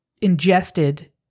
ingested